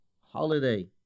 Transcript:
holiday